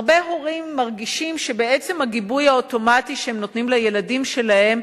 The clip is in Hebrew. הרבה הורים מרגישים שבעצם הגיבוי האוטומטי שהם נותנים לילדים שלהם,